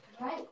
right